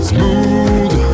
Smooth